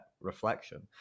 reflection